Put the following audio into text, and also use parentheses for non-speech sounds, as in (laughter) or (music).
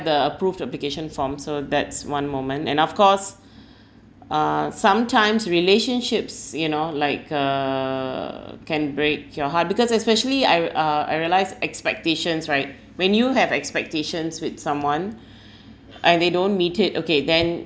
the approved application form so that's one moment and of course (breath) uh sometimes relationships you know like uh can break your heart because especially I uh I realise expectations right when you have expectations with someone (breath) and they don't meet it okay then